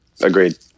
Agreed